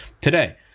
Today